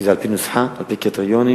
זה על-פי נוסחה, על-פי קריטריונים.